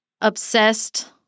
obsessed